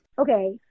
Okay